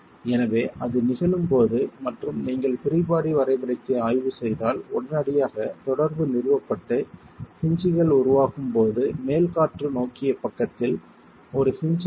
எனவே அது நிகழும்போது மற்றும் நீங்கள் பிரீ பாடி வரைபடத்தை ஆய்வு செய்தால் உடனடியாக தொடர்பு நிறுவப்பட்டு ஹின்ஜ்கள் உருவாகும் போது மேல் காற்று நோக்கிய பக்கத்தில் ஒரு ஹின்ஜ் இருக்கும்